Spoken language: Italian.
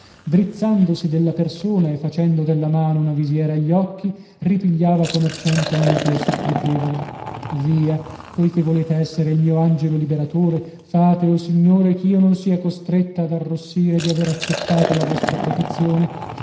rattrappita drizzandosi della persona e facendo della mano una visiera agli occhi ripigliava con accento mite e supplichevole via poichè volete essere il mio angelo liberatore fate o signore ch'io non sia costretta ad arrossire di aver accettata la vostra protezione